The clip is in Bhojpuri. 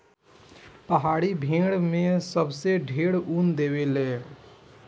पहाड़ी भेड़ से सबसे ढेर ऊन देवे ले